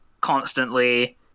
constantly